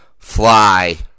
fly